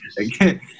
Okay